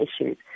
issues